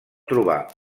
trobar